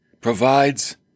provides